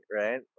right